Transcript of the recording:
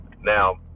Now